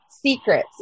secrets